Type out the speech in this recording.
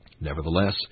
Nevertheless